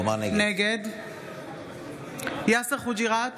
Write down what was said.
נגד יאסר חוג'יראת,